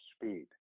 speed